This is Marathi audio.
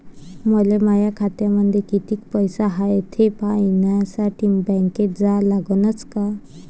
मले माया खात्यामंदी कितीक पैसा हाय थे पायन्यासाठी बँकेत जा लागनच का?